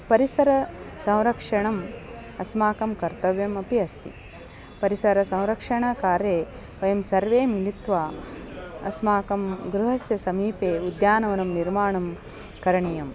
परिसरसंरक्षणम् अस्माकं कर्तव्यम् अपि अस्ति परिसरसंरक्षणकार्ये वयं सर्वे मिलित्वा अस्माकं गृहस्य समीपे उद्यानवनं निर्माणं करणीयम्